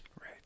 right